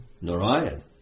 Narayan